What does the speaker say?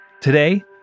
Today